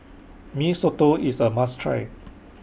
Mee Soto IS A must Try